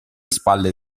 spalle